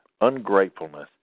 ungratefulness